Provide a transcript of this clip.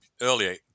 earlier